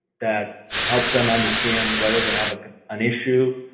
that helps them understand whether they have an issue,